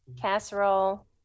casserole